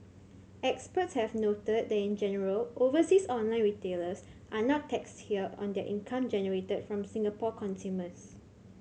experts have noted that in general overseas online retailers are not taxed here on their income generated from Singapore consumers